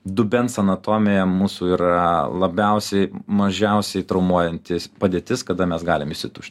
dubens anatomiją mūsų yra labiausiai mažiausiai traumuojanti padėtis kada mes galim išsituštint